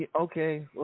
Okay